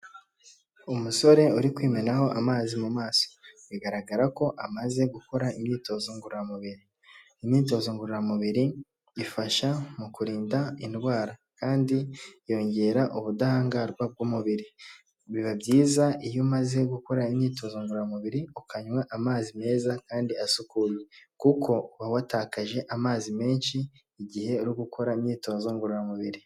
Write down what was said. Umusore uri kwimenaho amazi mu maso bigaragara ko amaze gukora imyitozo ngororamubiri, imyitozo ngororamubiri ifasha mu kurinda indwara kandi yongera ubudahangarwa bw'umubiri biba byiza iyo umaze gukora imyitozo ngororamubiri ukanywa amazi meza kandi asukuye kuko uba watakaje amazi menshi igihe uri gukora imyitozo ngororamubiri.